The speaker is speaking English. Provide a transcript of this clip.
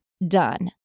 Done